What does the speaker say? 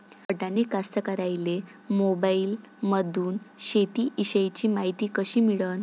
अडानी कास्तकाराइले मोबाईलमंदून शेती इषयीची मायती कशी मिळन?